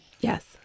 Yes